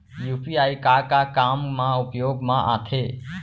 UPI का का काम मा उपयोग मा आथे?